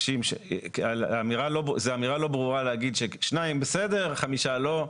זאת אמירה לא ברורה להגיד ששניים בסדר וחמישה לא.